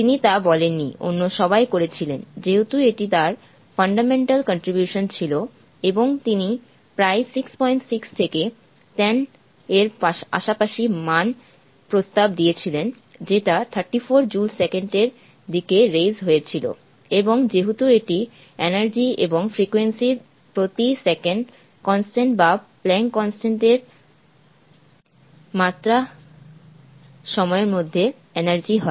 তিনি তা বলেননি অন্য সবাই করেছিল যেহেতু এটি তার ফান্ডামেন্টাল কনট্রিবিউশন ছিল এবং তিনি প্রায় 66 থেকে 10 এর আশাপাশি মান প্রস্তাব দিয়েছিলেন যেটা 34 Joule Second এর দিকে রেইস হয়েছিল এবং যেহেতু এটি এনার্জি এবং ফ্রিকোয়েন্সি এর প্রতি সেকেন্ডকনস্ট্যান্ট বা প্লান্ক কনস্ট্যান্ট Planck's Constant এর মাত্রা সময় মধ্যে এনার্জি হয়